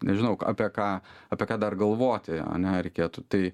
nežinau apie ką apie ką dar galvoti ne reikėtų tai